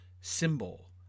symbol